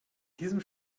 diesem